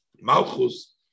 Malchus